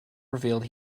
revealed